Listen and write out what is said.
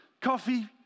coffee